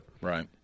Right